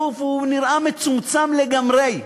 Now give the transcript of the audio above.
הוא נראה מצומצם לגמרי.